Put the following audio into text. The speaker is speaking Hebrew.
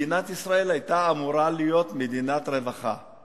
מדינת ישראל היתה אמורה להיות מדינת רווחה,